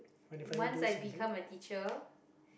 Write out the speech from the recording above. once I become a teacher